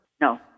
No